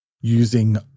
using